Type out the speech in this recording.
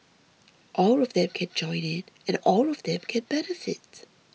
all of them can join in and all of them can benefit